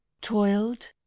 toiled